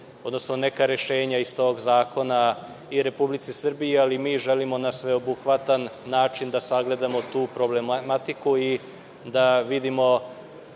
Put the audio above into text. odnosno neka rešenja iz tog zakona i Republici Srbiji. Želimo na sveobuhvatniji način da sagledamo tu problematiku i da vidimo